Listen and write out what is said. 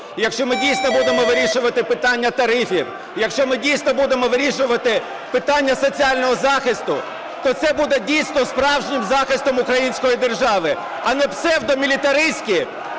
якщо ми дійсно будемо вирішувати питання тарифів, якщо ми дійсно будемо вирішувати питання соціального захисту, то це буде дійсно справжнім захистом української держави, а не псевдомілітариські,